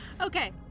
Okay